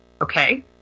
Okay